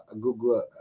Google